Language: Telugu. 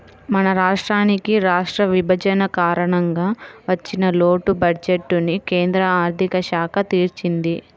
మన రాష్ట్రానికి రాష్ట్ర విభజన కారణంగా వచ్చిన లోటు బడ్జెట్టుని కేంద్ర ఆర్ధిక శాఖ తీర్చింది